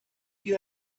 you